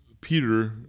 Peter